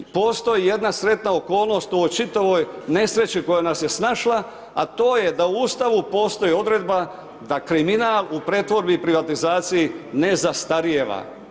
Postoji jedna sretna okolnost u ovoj čitavoj nesreći koja nas je snašla, a to je da u Ustavu postoji odredba da kriminal u pretvorbi i privatizaciji ne zastarjeva.